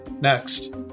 next